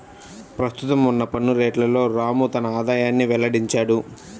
ప్రస్తుతం ఉన్న పన్ను రేట్లలోనే రాము తన ఆదాయాన్ని వెల్లడించాడు